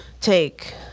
take